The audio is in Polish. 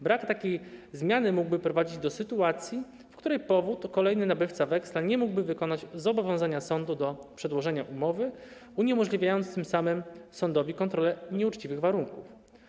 Brak takiej zmiany mógłby prowadzić do sytuacji, w której kolejny nabywca weksla nie mógłby wykonać zobowiązania sądu do przedłożenia umowy, uniemożliwiając tym samym sądowi kontrolę nieuczciwych warunków.